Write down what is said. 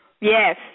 Yes